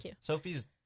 Sophie's